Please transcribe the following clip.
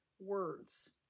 words